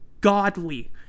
godly